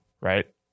right